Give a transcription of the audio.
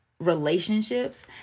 relationships